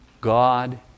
God